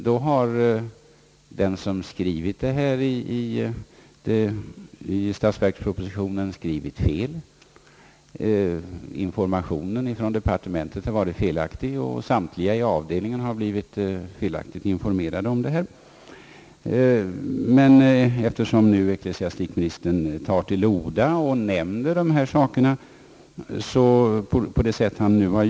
Då har den som skrivit om detta i statsverkspropositionen skrivit fel, informationen från departementet har varit felaktig, och samtliga i avdelningen har blivit felaktigt informerade.